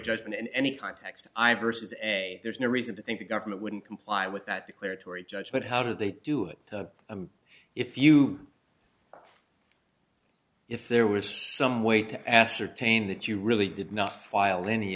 judgment in any context i versus a there's no reason to think the government wouldn't comply with that declaratory judge but how do they do it if you if there was some way to ascertain that you really did not file any